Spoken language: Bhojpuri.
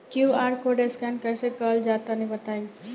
क्यू.आर कोड स्कैन कैसे क़रल जला तनि बताई?